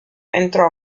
entrò